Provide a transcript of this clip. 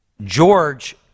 George